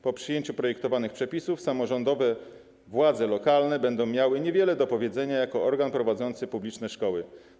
Po przyjęciu projektowanych przepisów samorządowe władze lokalne będą miały niewiele do powiedzenia jako organ prowadzący publiczne szkoły.